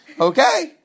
okay